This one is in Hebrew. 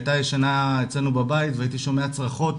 הייתה ישנה אצלנו בבית והייתי שומע צרחות,